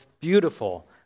beautiful